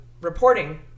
reporting